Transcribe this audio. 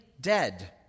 dead